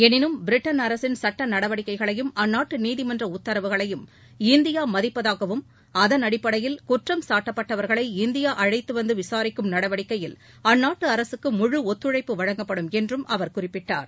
எனினும் பிரிட்டள் அரசின் சட்ட நடவடிக்கைகளையும் அந்நாட்டு நீதிமன்ற உத்தரவுகளையும் இந்தியா மதிப்பதாகவும் அதன் அடிப்படையில் குற்றம் சாட்டப்பட்டவர்களை இந்தியா அழைத்து வந்து விசாரிக்கும் நடவடிக்கையில் அந்நாட்டு அரசுக்கு குறிப்பிட்டார்